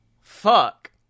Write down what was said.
fuck